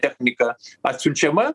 technika atsiunčiama